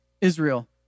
Israel